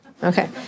Okay